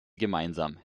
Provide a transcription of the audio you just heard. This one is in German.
gemeinsam